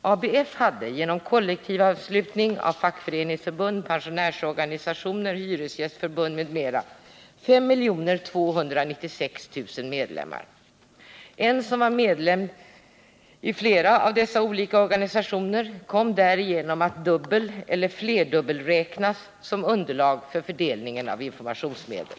ABF hade genom kollektivanslutning av fackföreningsförbund, pensionärsorganisationer, hyresgästförbund m.fl. 5 296 000 medlemmar. En person som var medlem i flera av dessa olika organisationer kom därigenom att dubbeleller flerdubbelräknas som underlag för fördelningen av informationsmedlen.